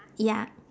ya